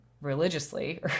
religiously